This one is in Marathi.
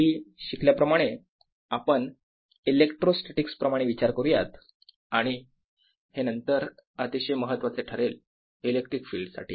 पूर्वी शिकल्या प्रमाणे आपण इलेक्ट्रोस्टॅटीकस प्रमाणे विचार करूयात आणि हे नंतर अतिशय महत्त्वाचे ठरेल इलेक्ट्रिक फील्ड साठी